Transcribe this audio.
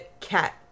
cat